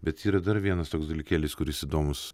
bet yra dar vienas toks dalykėlis kuris įdomus